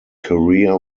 career